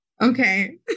Okay